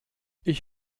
ich